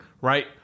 right